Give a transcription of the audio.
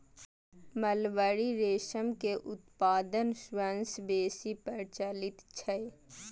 mulberry रेशम के उत्पादन सबसं बेसी प्रचलित छै